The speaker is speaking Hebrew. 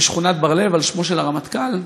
בשכונת בר-לב, על שמו של הרמטכ"ל.